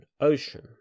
ocean